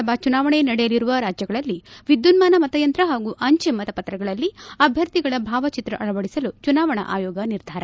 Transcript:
ವಿಧಾನಸಭಾ ಚುನಾವಣೆ ನಡೆಯಲಿರುವ ರಾಜ್ಯಗಳಲ್ಲಿ ವಿದ್ಯುನ್ನಾನ ಮತಯಂತ್ರ ಹಾಗೂ ಅಂಜೆ ಮತಪತ್ರಗಳಲ್ಲಿ ಅಭ್ಲರ್ಥಿಗಳ ಭಾವಚಿತ್ರ ಅಳವಡಿಸಲು ಚುನಾವಣಾ ಆಯೋಗ ನಿರ್ಧಾರ